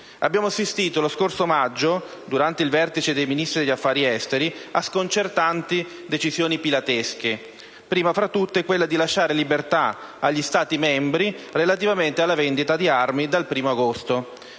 Abbiamo assistito lo scorso maggio, durante il vertice dei Ministri degli affari esteri, a sconcertanti decisioni pilatesche: prima fra tutte quella di lasciare libertà agli Stati membri relativamente alla vendita di armi dal 1° agosto.